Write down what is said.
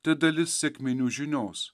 tai dalis sekminių žinios